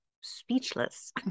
speechless